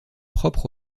propre